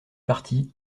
parti